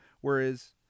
whereas